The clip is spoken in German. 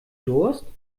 durst